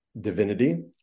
divinity